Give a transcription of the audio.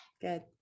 Good